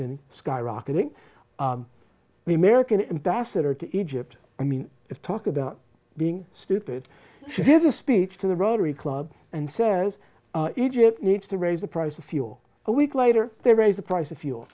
been skyrocketing we american ambassador to egypt i mean talk about being stupid here's a speech to the rotary club and says egypt needs to raise the price of fuel a week later they raise the price of fuel